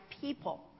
people